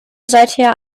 seither